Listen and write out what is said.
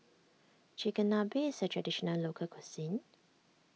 Chigenabe is a Traditional Local Cuisine